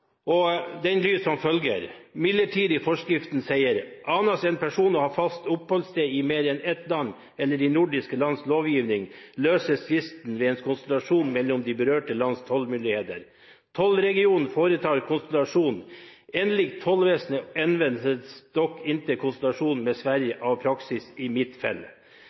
en person å ha fast oppholdssted i mer enn ett land etter de nordiske lands lovgivning, løses tvisten ved en konsultasjon mellom de berørte lands tollmyndigheter. Tollregionen foretar konsultasjonen.» Enligt tollvesendet används dock inte konsultasjon med Sverige av praksis i mitt